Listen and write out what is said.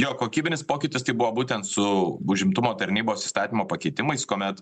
jo kokybinis pokytis tai buvo būtent su užimtumo tarnybos įstatymo pakeitimais kuomet